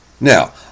Now